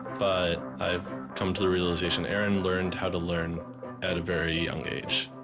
but, i've come to the realization aaron learned how to learn at a very young age